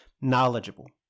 knowledgeable